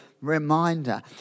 reminder